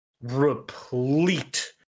replete